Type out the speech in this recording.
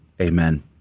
Amen